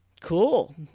Cool